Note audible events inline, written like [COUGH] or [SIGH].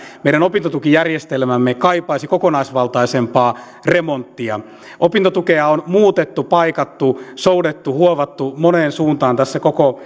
meidän opintotukijärjestelmämme kaipaisi kokonaisvaltaisempaa remonttia opintotukea on muutettu paikattu soudettu huovattu moneen suuntaan koko [UNINTELLIGIBLE]